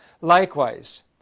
Likewise